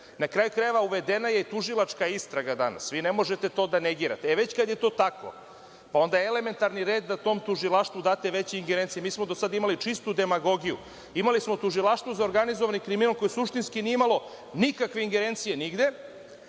Na kraju-krajeva, uvedena je tužilačka istraga, vi ne možete to da negirate danas. Već kad je to tako, onda je elementarni red da tom tužilaštvu date veće ingerencije. Mi smo do sada imali čistu demagogiju. Imali smo tužilaštvo za organizovani kriminal koji suštinski nije imalo nikakve ingerencije nigde,